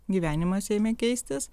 gyvenimas ėmė keistis